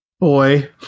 boy